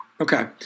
Okay